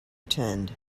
attend